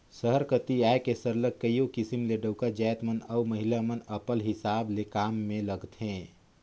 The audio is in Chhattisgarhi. सहर कती आए के सरलग कइयो किसिम ले डउका जाएत मन अउ महिला मन अपल हिसाब ले काम में लगथें